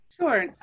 Sure